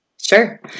Sure